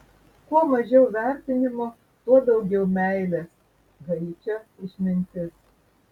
kuo mažiau vertinimo tuo daugiau meilės haičio išmintis